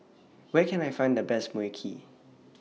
Where Can I Find The Best Mui Kee